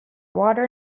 water